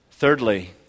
Thirdly